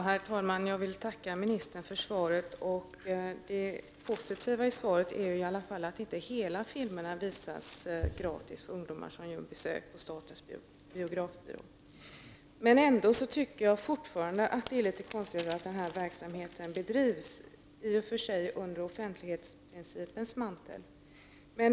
Herr talman! Jag vill tacka utbildningsministern för svaret. Det positiva i svaret är att filmerna i varje fall inte i sin helhet visas gratis för ungdomar som gör besök på statens biografbyrå. Ändå tycker jag fortfarande att det är litet konstigt att denna verksamhet bedrivs, även om det i och för sig sker i offentlighetsprincipens namn.